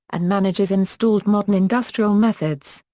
and managers installed modern industrial methods.